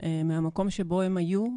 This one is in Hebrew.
מהמקום שבו הם היו,